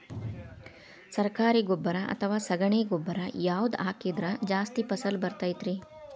ಸರಕಾರಿ ಗೊಬ್ಬರ ಅಥವಾ ಸಗಣಿ ಗೊಬ್ಬರ ಯಾವ್ದು ಹಾಕಿದ್ರ ಜಾಸ್ತಿ ಫಸಲು ಬರತೈತ್ರಿ?